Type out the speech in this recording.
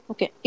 Okay